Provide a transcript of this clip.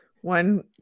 one